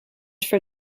for